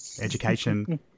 education